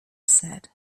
said